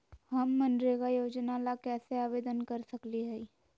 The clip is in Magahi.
हम मनरेगा योजना ला कैसे आवेदन कर सकली हई?